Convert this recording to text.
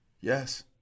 Yes